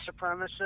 supremacists